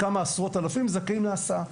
כמה עשרות אלפים זכאים להסעה.